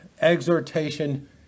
exhortation